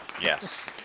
Yes